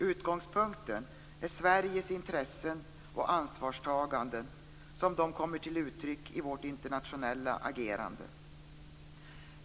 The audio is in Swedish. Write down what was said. Utgångspunkten är Sveriges intressen och ansvarstaganden som de kommer till uttryck i vårt internationella agerande.